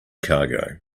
cargo